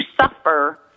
suffer